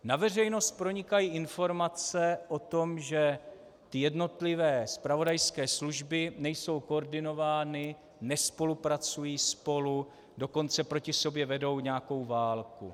Na veřejnost pronikají informace o tom, že jednotlivé zpravodajské služby nejsou koordinovány, nespolupracují spolu, dokonce proti sobě vedou nějakou válku.